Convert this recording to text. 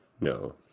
No